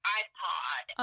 iPod